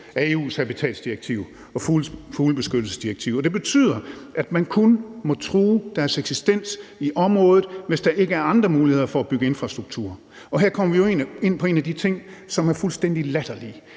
af EU's habitatdirektiv og fuglebeskyttelsesdirektiv, og det betyder, at man kun må true deres eksistens i området, hvis der ikke er andre muligheder for at bygge infrastruktur. Her kommer vi jo ind på en af de ting, som er fuldstændig latterlig